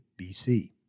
BC